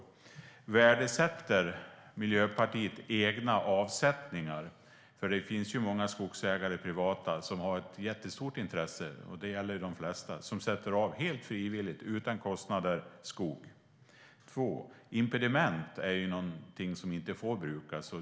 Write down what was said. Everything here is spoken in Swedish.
För det första: Värdesätter Miljöpartiet egna avsättningar? Det finns många privata skogsägare som har ett jättestort intresse. Det gäller de flesta. De sätter helt frivilligt, utan kostnader, av skog. För det andra: Impediment är någonting som inte får brukas.